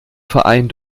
verein